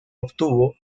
obtuvo